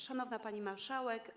Szanowna Pani Marszałek!